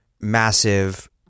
massive